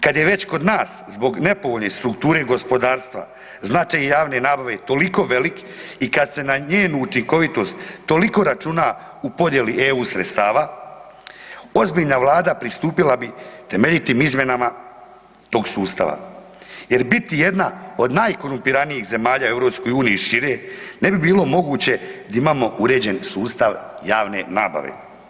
Kad je već kod zbog nepovoljne strukture gospodarstva značaj javne nabave toliko velik i kad se na njenu učinkovitost toliko računa u podjeli EU sredstava, ozbiljna Vlada pristupila bi temeljitim izmjenama tog sustava jer biti jedna od najkorumpiranijih zemalja u EU i šire, ne bi bilo moguće da imamo uređen sustav javne nabave.